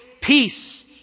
peace